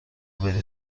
بری